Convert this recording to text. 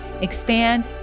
expand